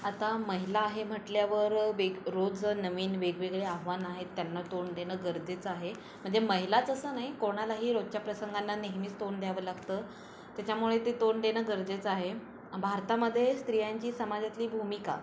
आता महिला आहे म्हटल्यावर बेग रोज नवीन वेगवेगळे आव्हान आहेत त्यांना तोंड देणं गरजेचं आहे म्हणजे महिलाच असं नाही कोणालाही रोजच्या प्रसंगांना नेहमीच तोंड द्यावं लागतं त्याच्यामुळे ते तोंड देणं गरजेचं आहे भारतामध्ये स्त्रियांची समाजातली भूमिका